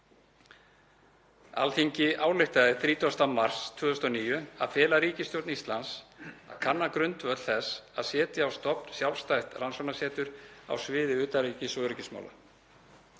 Alþingi ályktaði 30. mars 2009 að fela ríkisstjórn Íslands að kanna grundvöll þess að setja á stofn sjálfstætt rannsóknasetur á sviði utanríkis- og öryggismála.